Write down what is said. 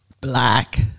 black